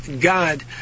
God